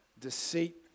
deceit